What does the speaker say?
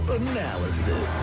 analysis